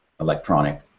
electronic